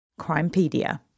Crimepedia